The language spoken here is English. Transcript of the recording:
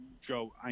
Joe